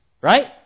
Right